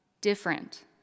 different